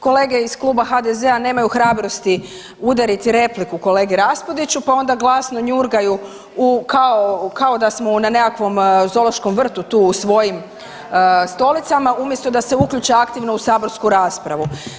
Kolege iz Kluba HDZ-a nemaju hrabrosti udariti repliku kolegi Raspudiću, pa onda glasno njurgaju u kao, kao da smo na nekakvom zoološkom vrtu tu u svojim stolicama umjesto da se uključe aktivno u saborsku raspravu.